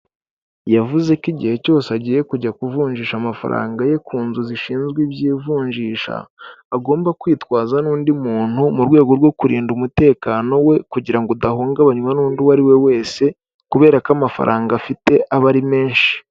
Yavuze ko igihe cyose agiye kujya kuvunjisha amafaranga ye ku nzu zishinzwe iby'ivunjisha agomba kwitwaza n'undi muntu mu rwego rwo kurinda umutekano we kugira ngo udahungabanywa n'undi uwo ari we wese kubera ko amafaranga afite aba ari menshi.